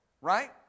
Right